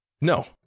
No